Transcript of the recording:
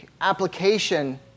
application